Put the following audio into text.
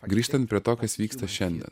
grįžtant prie to kas vyksta šiandien